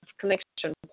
connection